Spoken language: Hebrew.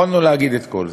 יכולנו להגיד את כל זה.